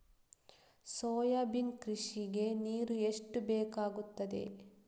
Soybean ಕೃಷಿಗೆ ನೀರು ಎಷ್ಟು ಬೇಕಾಗುತ್ತದೆ?